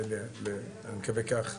אני מקווה כך,